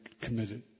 committed